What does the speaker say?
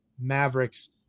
Mavericks